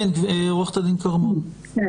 עורכת הדין כרמון, בבקשה.